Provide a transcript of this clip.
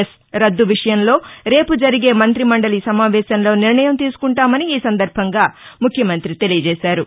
yes రద్దు విషయంలో రేపు జరిగే మంత్రి మండలి సమావేశంలో నిర్ణయం తీసుకుంటామని ఈ సందర్భంగా ముఖ్యమంత్రి తెలియజేశారు